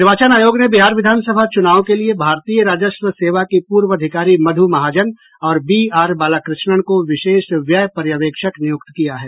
निर्वाचन आयोग ने बिहार विधानसभा चुनावों के लिए भारतीय राजस्व सेवा की पूर्व अधिकारी मधु महाजन और बी आर बालाकृष्णन को विशेष व्यय पर्यवेक्षक नियुक्त किया है